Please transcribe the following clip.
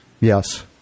Yes